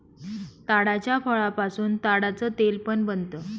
ताडाच्या फळापासून ताडाच तेल पण बनत